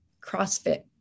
CrossFit